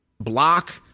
block